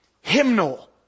hymnal